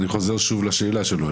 אני חוזר שוב לשאלה שלו.